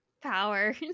power